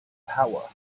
power